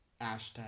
hashtag